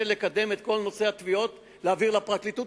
לקדם את כל נושא התביעות ולהעביר לפרקליטות,